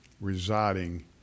residing